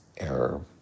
error